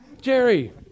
Jerry